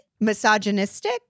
misogynistic